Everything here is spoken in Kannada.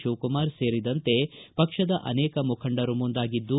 ಶಿವಕುಮಾರ್ ಸೇರಿದಂತೆ ಪಕ್ಷದ ಅನೇಕ ಮುಖಂಡರು ಮುಂದಾಗಿದ್ದು